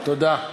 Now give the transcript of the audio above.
תודה.